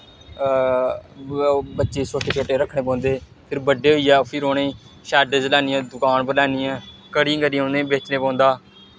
बच्चे शोटे शोटे रक्खने पौंदे फिर बड्डे होई गै फिर उ'नेें गी शैड्ड पर लेआनियै दकान पर लेआनियै कटिंग करियै उ'नें गी बेचनै पौंदा